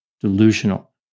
delusional